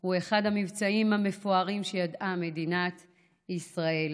הוא אחד המבצעים המפוארים שידעה מדינת ישראל,